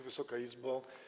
Wysoka Izbo!